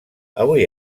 avui